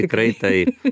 tikrai tai